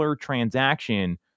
transaction